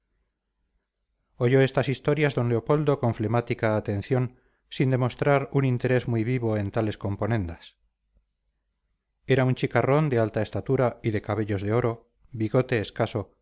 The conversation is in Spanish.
oyó estas historias d leopoldo con flemática atención sin demostrar un interés muy vivo en tales componendas era un chicarrón de alta estatura y de cabellos de oro bigote escaso